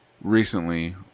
Recently